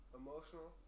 emotional